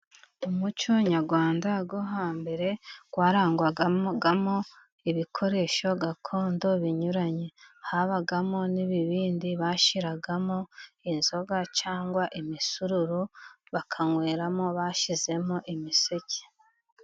Umuco nyarwanda wo hambere warangwagamo ibikoresho gakondo binyuranye ,habagamo n'ibibindi bashyiragamo inzoga cyangwa imisururu, bakanyweramo bashyizemo imiseke.